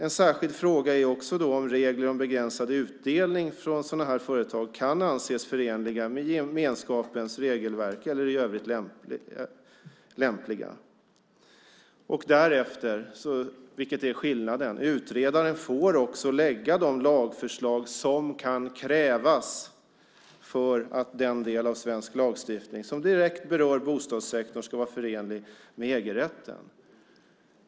En särskild fråga är också om regler om begränsad utdelning från sådana här företag kan anses förenliga med gemenskapens regelverk eller i övrigt lämpliga. Därefter, vilket är skillnaden, får utredaren lägga fram de lagförslag som kan krävas för att den del av svensk lagstiftning som direkt berör bostadssektorn ska vara förenlig med EG-rätten.